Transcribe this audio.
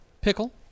pickle